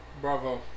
Bravo